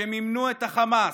שמימנו את החמאס,